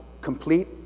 complete